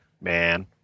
man